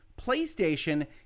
PlayStation